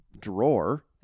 drawer